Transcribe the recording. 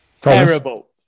Terrible